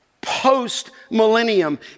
post-millennium